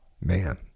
man